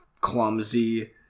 clumsy